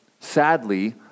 Sadly